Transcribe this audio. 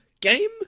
game